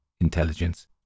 intelligence